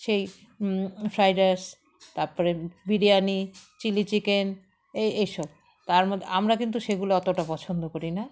সেই fried rice তারপরে biryani chilli chicken এই এইসব তার মধ্যে আমরা কিন্তু সেগুলো অতটা পছন্দ করি না